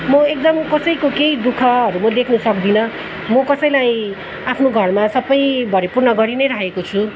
म एकदम कसैको केही दुःखहरू म देख्नु सक्दिनँ म कसैलाई आफ्नो घरमा सबै भरिपूर्ण गरी नै राखेको छु